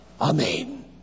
Amen